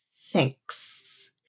thanks